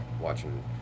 watching